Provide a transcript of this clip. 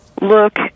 look